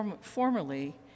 formerly